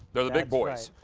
the the big boys.